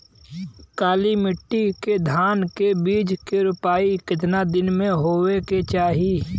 काली मिट्टी के धान के बिज के रूपाई कितना दिन मे होवे के चाही?